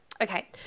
okay